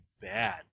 bad